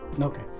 Okay